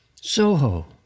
Soho